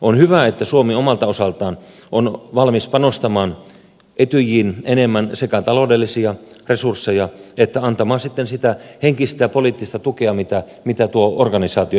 on hyvä että suomi omalta osaltaan on valmis sekä panostamaan etyjiin enemmän taloudellisia resursseja että antamaan sitten sitä henkistä ja poliittista tukea mitä tuo organisaatio myös tarvitsee